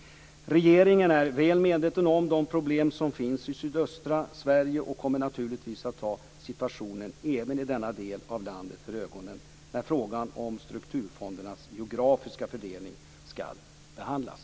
Regeringen är väl medveten om de problem som finns i sydöstra Sverige och kommer naturligtvis att ha situationen även i denna del av landet för ögonen när frågan om strukturfondernas geografiska fördelning skall behandlas.